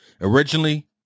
originally